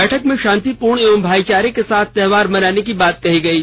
बैठक में शांतिपूर्ण एवं भाईचारे के साथ त्योहार मनाने की बात कही गयी